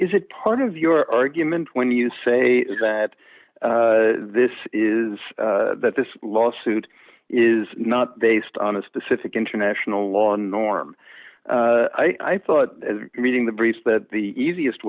is it part of your argument when you say that this is that this lawsuit is not based on a specific international law norm i thought reading the briefs that the easiest